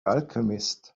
alchemist